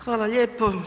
Hvala lijepo.